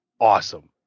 awesome